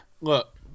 look